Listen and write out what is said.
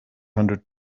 hundred